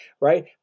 right